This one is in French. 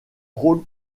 rôle